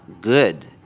good